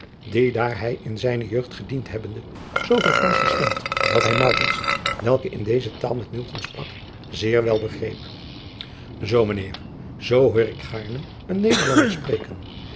die daar hij in zijne jeugd gediend hebbende zooveel fransch verstond dat hij welke in deze taal met sprak zeer wel begreep oo mijn eer zoo hoor ik gaarne een ederlander spreken